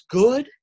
good